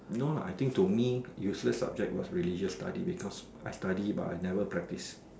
you know lah I think to me useless subject was religious studies because I study but I never practice